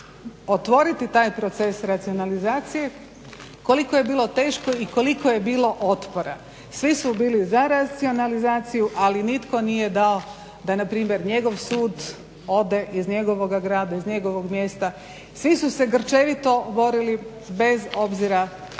otvoriti taj proces racionalizacije, koliko je bilo teško i koliko je bilo otpora. Svi su bili za racionalizaciju ali nitko nije dao da npr. njego sud ode iz njegovoga grada iz njegovog mjesta. Svi su se grčevito borili bez obzira